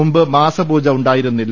മുമ്പ് മാസപൂജ ഉണ്ടായിരുന്നില്ല